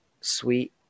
sweet